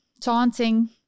taunting